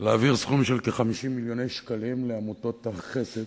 סירוב האוצר להעביר סיוע לעמותות החסד